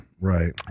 Right